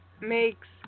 makes